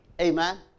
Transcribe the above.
Amen